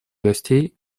гостей